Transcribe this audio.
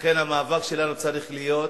לכן, המאבק שלנו צריך להיות,